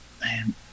man